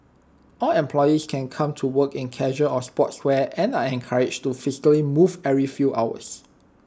all employees can come to work in casual or sportswear and are encouraged to physically move every few hours